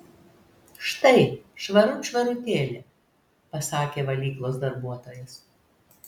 štai švarut švarutėlė pasakė valyklos darbuotojas